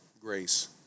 grace